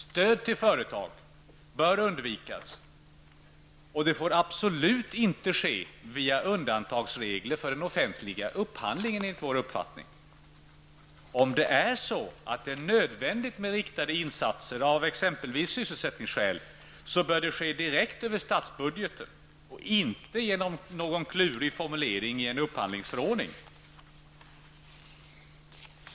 Stöd till företag bör undvikas, och det får absolut inte ges via undantagsregler för den offentliga upphandlingen. Om det är så att det, av exempelvis sysselsättningsskäl, är nödvändigt med riktade insatser bör de göras direkt över statsbudgeten och inte genom någon klurig formulering i upphandlingsförordningen.